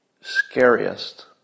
scariest